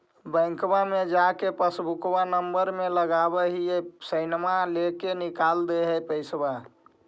बैंकवा मे जा के पासबुकवा नम्बर मे लगवहिऐ सैनवा लेके निकाल दे है पैसवा?